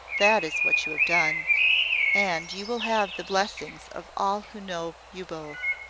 that is what you have done and you will have the blessings of all who know you both.